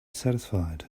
satisfied